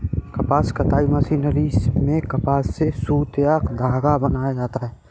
कपास कताई मशीनरी में कपास से सुत या धागा बनाया जाता है